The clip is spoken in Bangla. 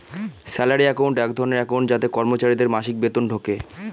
স্যালারি একাউন্ট এক ধরনের একাউন্ট যাতে কর্মচারীদের মাসিক বেতন ঢোকে